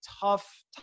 tough